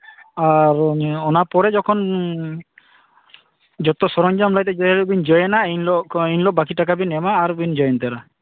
ᱟᱨ ᱚᱱᱟ ᱯᱚᱨᱮ ᱡᱚᱠᱷᱚᱱ ᱡᱚᱛᱚ ᱥᱚᱨᱚᱧᱡᱟᱢᱟᱛᱮ ᱡᱮ ᱦᱤᱞᱳᱜ ᱵᱮᱱ ᱡᱚᱭᱮᱱᱟ ᱤᱱ ᱦᱤᱞᱳᱜ ᱠᱷᱚᱱ ᱤᱱ ᱦᱤᱞᱳᱜ ᱵᱟᱠᱤ ᱴᱟᱠᱟ ᱵᱮᱱ ᱢᱟ ᱟᱨ ᱵᱮᱱ ᱡᱚᱭᱮᱱ ᱩᱛᱟᱹᱨᱟ